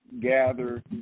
gather